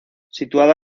situada